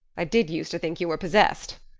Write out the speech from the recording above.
i did use to think you were possessed.